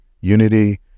unity